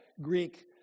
Greek